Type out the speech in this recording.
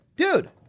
Dude